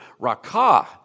rakah